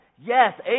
yes